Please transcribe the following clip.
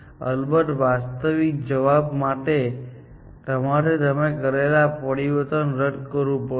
અલબત્ત વાસ્તવિક જવાબ માટે તમારે તમે કરેલા પરિવર્તનને રદ કરવું પડશે